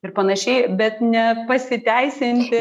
ir panašiai bet ne pasiteisinti